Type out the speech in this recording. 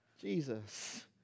Jesus